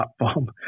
platform